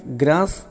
grass